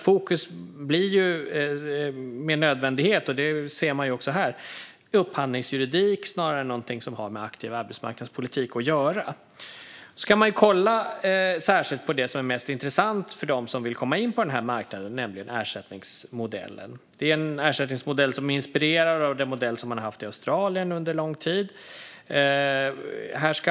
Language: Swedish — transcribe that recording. Fokus blir ju med nödvändighet - det ser man också här - upphandlingsjuridik snarare än någonting som har med aktiv arbetsmarknadspolitik att göra. Man kan särskilt kolla på det som är mest intressant för dem som vill komma in på den här marknaden, nämligen ersättningsmodellen. Det är en ersättningsmodell som är inspirerad av den modell som man har haft i Australien under lång tid.